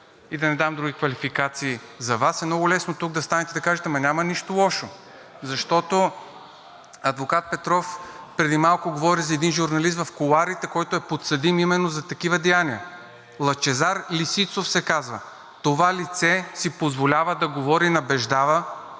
– да не давам други квалификации. За Вас е много лесно тук да станете и да кажете: „Ами няма нищо лошо.“ Адвокат Петров преди малко говори за един журналист в кулоарите, които е подсъдим именно за такива деяния – Лъчезар Лисицов се казва. Това лице си позволява да говори, да набеждава,